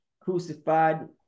crucified